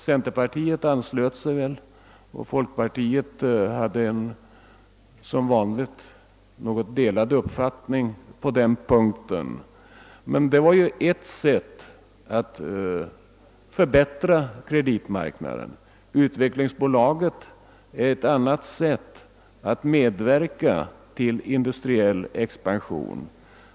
Centerpartiet anslöt sig till förslaget men folkpartiet hade som vanligt något delade meningar. Men det var ju här frågan om ett sätt ait förbättra kreditmarknaden. Utvecklingsbolaget är ett annat organ som kan medverka till industriell expansion.